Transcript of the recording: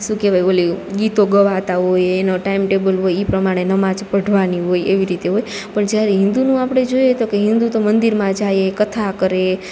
સું કેવાય ઓલે ગીતો ગવાતા હોય એનો ટાઈમ ટેબલ હોય ઈ પ્રમાણે નમાજ પઢવાની હોય એવી રીતે હોય પણ જ્યારે હિન્દુનું આપડે જોઈએ તો કે હિન્દુ તો મંદિરમાં જાય એ કથા કરે